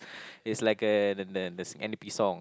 it's like uh the the the n_d_p song